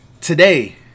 today